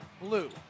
Blue